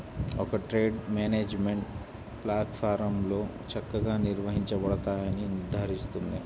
ఒక trade management ప్లాట్ఫారమ్లో చక్కగా నిర్వహించబడతాయని నిర్ధారిస్తుంది